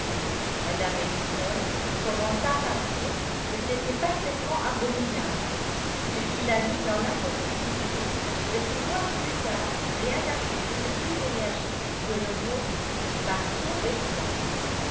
mme ellison commença par dire que c'était parfaitement abominable ce qui la mit dans l'impossibilité de pouvoir plus tard rien ajouter de plus énergique que le mot par trop vexant